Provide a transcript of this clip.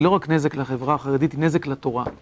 לא רק נזק לחברה החרדית, היא נזק לתורה.